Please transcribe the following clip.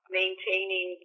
maintaining